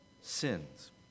sins